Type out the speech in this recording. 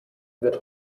wird